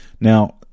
Now